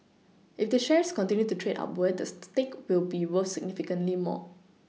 if the shares continue to trade upward the stake will be worth significantly more